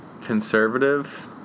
conservative